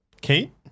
Kate